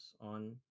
on